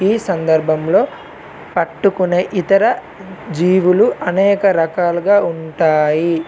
ఈ సందర్భంలో పట్టుకునే ఇతర జీవులు అనేక రకాలుగా ఉంటాయి